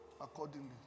accordingly